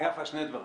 שני דברים,